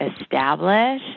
establish